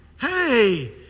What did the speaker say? hey